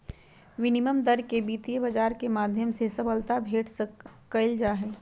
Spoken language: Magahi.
विनिमय दर के वित्त बाजार के माध्यम से सबलता भेंट कइल जाहई